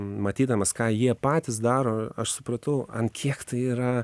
matydamas ką jie patys daro aš supratau ant kiek tai yra